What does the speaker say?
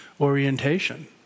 orientation